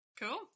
Cool